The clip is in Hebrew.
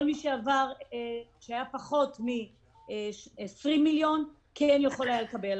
כל מי שהיה פחות מ-20 מיליון היה יכול לקבל.